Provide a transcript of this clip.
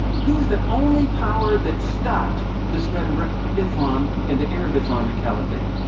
who is the only power that stopped the spread of islam and the arab islamic caliphate?